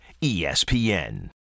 ESPN